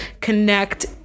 connect